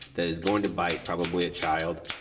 that is going to bite probably a child.